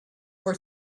for